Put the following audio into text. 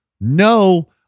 no